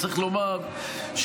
צריך לומר שהיא,